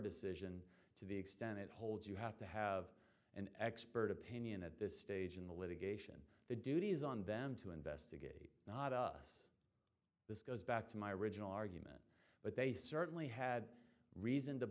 decision to the extent it holds you have to have an expert opinion at this stage in the litigation the duty is on them to investigate not us this goes back to my original argument but they certainly had reason to